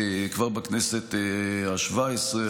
כבר בכנסת השבע-עשרה,